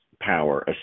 power